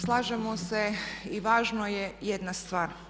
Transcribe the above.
Slažemo se i važno je jedna stvar.